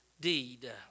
deed